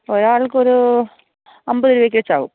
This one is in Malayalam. ഒരാൾക്കൊരു അൻപത് രൂപയൊക്കെ വെച്ച് ആകും